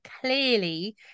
clearly